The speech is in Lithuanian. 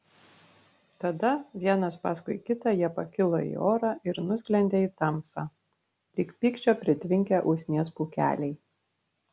tada vienas paskui kitą jie pakilo į orą ir nusklendė į tamsą lyg pykčio pritvinkę usnies pūkeliai